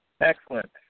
Excellent